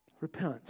Repent